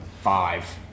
Five